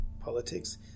politics